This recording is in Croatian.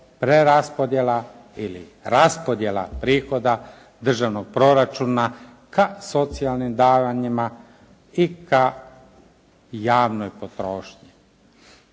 preraspodjela ili raspodjela prihoda državnog proračuna ka socijalnim davanjima i ka javnoj potrošnji.